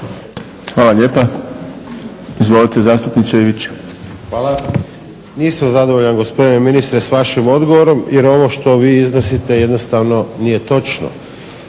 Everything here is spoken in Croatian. Hvala lijepa. Izvolite zastupniče Ivić. **Ivić, Tomislav (HDZ)** Hvala. Nisam zadovoljan gospodine ministre s vašim odgovorom jer ovo što vi iznosite jednostavno nije točno.